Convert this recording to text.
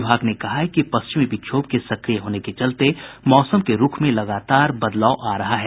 विभाग ने कहा है कि पश्चिमी विक्षोभ के सक्रिय होने के चलते मौसम के रूख में लगातार बदलाव आ रहा है